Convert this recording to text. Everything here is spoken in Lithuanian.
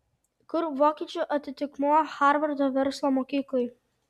kur vokiečių atitikmuo harvardo verslo mokyklai